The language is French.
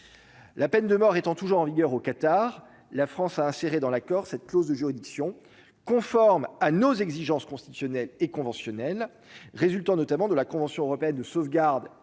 la peine de mort étant toujours en vigueur, au Qatar, la France a inséré dans l'accord, cette clause de juridiction conforme à nos exigences constitutionnelles et conventionnelles, résultant notamment de la Convention européenne de sauvegarde